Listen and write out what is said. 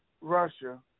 Russia